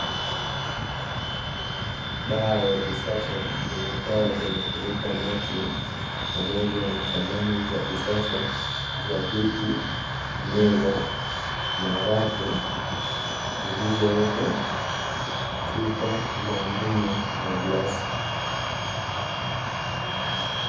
Baa ya kisasa yenye taa zenye kuleta nakshi, pamoja na Samani za kisasa za viti, meza na rafu, zilizowekwa chupa za mvinyo na glasi.